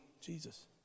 Jesus